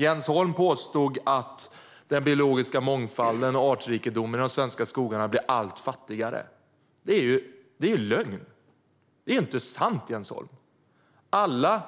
Jens Holm påstod att den biologiska mångfalden och artrikedomen i de svenska skogarna blir allt mindre. Det är lögn. Det är ju inte sant, Jens Holm.